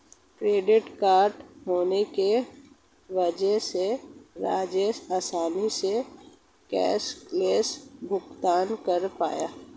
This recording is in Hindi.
क्रेडिट कार्ड होने की वजह से राकेश आसानी से कैशलैस भुगतान कर पाया